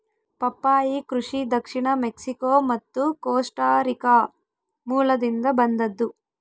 ಪಪ್ಪಾಯಿ ಕೃಷಿ ದಕ್ಷಿಣ ಮೆಕ್ಸಿಕೋ ಮತ್ತು ಕೋಸ್ಟಾರಿಕಾ ಮೂಲದಿಂದ ಬಂದದ್ದು